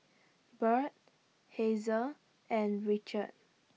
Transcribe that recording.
Bert Hazel and Richard